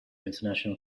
international